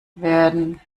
werden